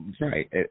right